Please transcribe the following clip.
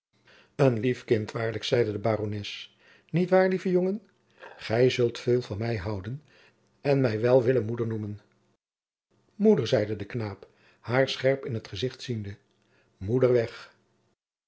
een lief kind waarlijk zeide de barones niet waar lieve jongen gij zult veel van mij houden en mij wel willen moeder noemen moeder zeide de knaap haar scherp in t gezicht ziende moeder weg